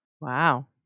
Wow